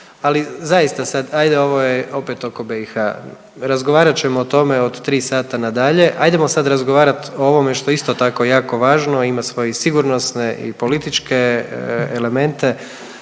ali zaista sad ajde ovo je opet oko BiH, razgovarat ćemo o tome od 3 sata nadalje, ajdemo sad razgovarat o ovome što je isto tako jako važno i ima svoje sigurnosne i političke elemente